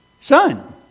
son